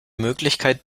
möglichkeit